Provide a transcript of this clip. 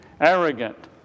arrogant